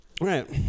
right